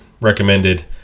recommended